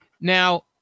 Now